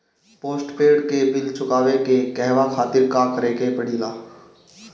Postpaid के bill चुकावे के कहवा खातिर का करे के पड़ें ला?